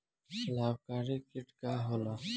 लाभकारी कीट का होला?